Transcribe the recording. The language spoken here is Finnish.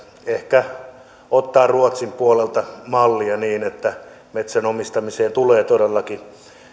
ehkä ottaa ruotsin puolelta mallia niin että metsän omistamiseen tulee todellakin